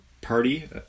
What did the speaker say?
party